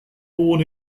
born